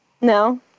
No